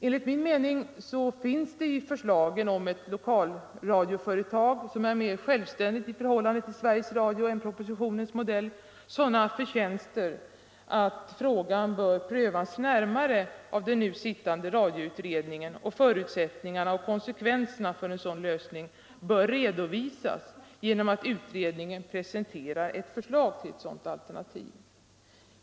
Enligt min mening finns det i förslagen om ett lokalradioföretag som är mer självständigt i förhållande till Sveriges Radio än propositionens modell sådana förtjänster att frågan bör prövas närmare av den nu sittande radioutredningen, och förutsättningarna och konsekvenserna för en sådan lösning bör redovisas genom att utredningen presenterar ett förslag till ett sådant alternativ.